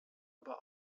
aber